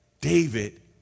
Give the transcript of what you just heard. David